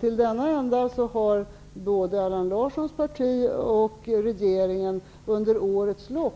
Till den ändan har Allan Larssons parti och regeringen under årens lopp